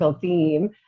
theme